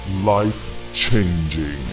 Life-changing